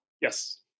Yes